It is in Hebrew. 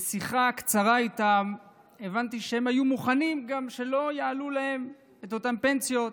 בשיחה קצרה איתם הבנתי שהם היו מוכנים גם שלא יעלו להם את אותן פנסיות,